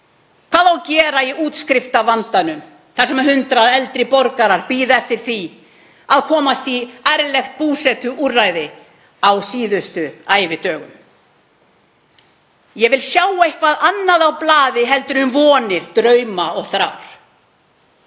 Hvað á að gera í útskriftarvandanum þar sem 100 eldri borgarar bíða eftir því að komast í ærlegt búsetuúrræði á síðustu ævidögum? Ég vil sjá eitthvað annað á blaði en vonir, drauma og þrár.